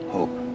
Hope